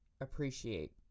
appreciate